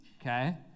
okay